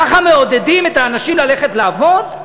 ככה מעודדים את האנשים ללכת לעבוד?